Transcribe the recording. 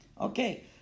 Okay